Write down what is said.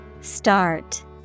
Start